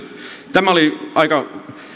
tämä oli aika